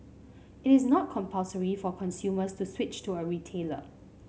it is not compulsory for consumers to switch to a retailer